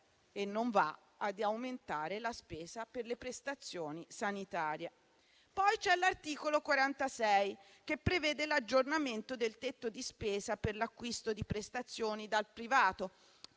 non va ad aumentare la spesa per le prestazioni sanitarie. Poi c'è l'articolo 46, che prevede l'aggiornamento del tetto di spesa per l'acquisto di prestazioni dal privato,